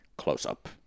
close-up